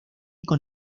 con